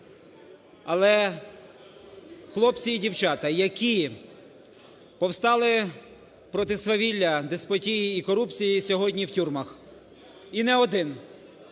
але хлопці і дівчата, які повстали проти свавілля, деспотії і корупції, сьогодні в тюрмах і не один.